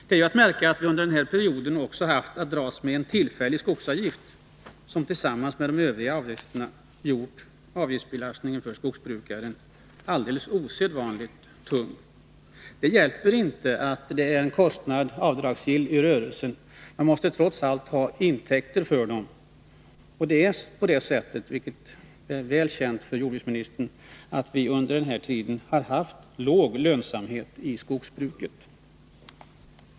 Det är att märka att vi under den här perioden också haft att dras med en tillfällig skogsavgift, som tillsammans med de övriga avgifterna gjort avgiftsbelastningen för skogsbrukaren alldeles osedvanligt tung. Det hjälper inte att det är en kostnad som är avdragsgill i rörelsen. Man måste trots allt ha intäkter för den. Och det är på det sättet, vilket är väl känt för jordbruksministern, att vi under den här tiden har haft låg lönsamhet i skogsbruket.